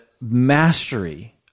mastery